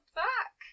back